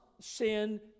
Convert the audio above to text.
sin